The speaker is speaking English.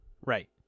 Right